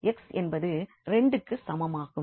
x என்பது 2க்கு சமமாகும்